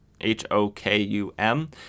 H-O-K-U-M